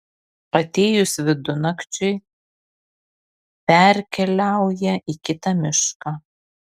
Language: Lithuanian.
atėjus vidunakčiui perkeliauja į kitą mišką